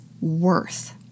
worth